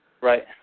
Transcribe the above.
Right